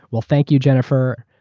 well thank you, jennifer.